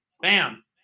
bam